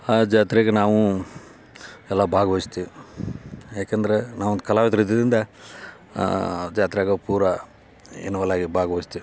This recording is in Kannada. ಆ ಜಾತ್ರೆಗೆ ನಾವು ಎಲ್ಲ ಭಾಗವೈಸ್ತೀವಿ ಯಾಕಂದ್ರೆ ನಾವೊಂದು ಕಲಾವಿದ್ರು ಇದ್ದಿದ್ದರಿಂದ ಆ ಜಾತ್ರೆಗೆ ಪೂರಾ ಇನ್ವೊಲಾಗಿ ಭಾಗವೈಸ್ತೀವಿ